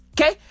Okay